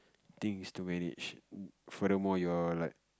things to manage further more you're like